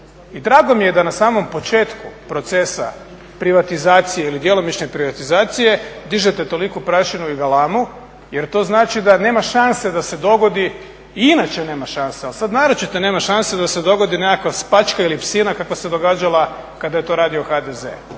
I drago mi je da na samom početku procesa privatizacije ili djelomične privatizacije dižete toliku prašinu i galamu jer to znači da nema šanse da se dogodi i inače nema šanse, ali sada naročito nema šanse da se dogodi nekakva spačka ili psina kakva se događala kada je to radio HDZ